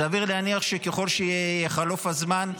סביר להניח שככל שיחלוף הזמן,